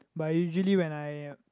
but usually when I